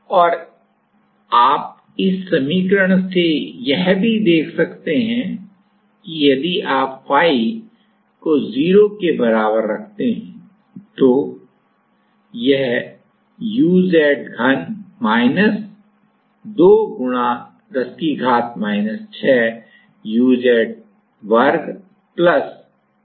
और यह कि आप इस समीकरण से भी देख सकते हैं यदि आप फाई को 0 के बराबर रखते हैं तो यह 0 हो जाता है